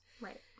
Right